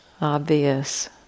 obvious